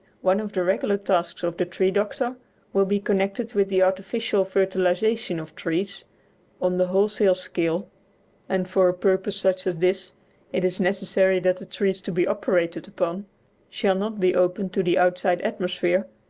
one of the regular tasks of the tree-doctor will be connected with the artificial fertilisation of trees on the wholesale scale and for a purpose such as this it is necessary that the trees to be operated upon shall not be open to the outside atmosphere,